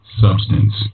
substance